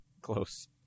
Close